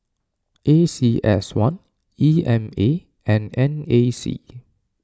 A C S one E M A and N A C